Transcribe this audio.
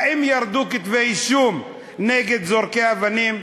האם ירדו כתבי-אישום נגד זורקי אבנים?